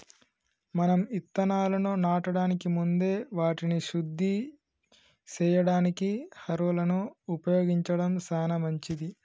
మనం ఇత్తనాలను నాటడానికి ముందే వాటిని శుద్ది సేయడానికి హారొలను ఉపయోగించడం సాన మంచిది